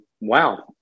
wow